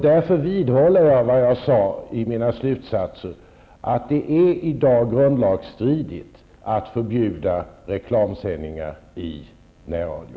Därför vidhåller jag mina slutsatser, att det är i dag grundlagsstridigt att förbjuda reklamsändningar i närradio.